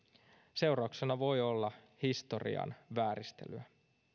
seurauksena voi olla historian vääristelyä